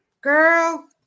Girl